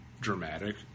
dramatic